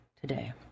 today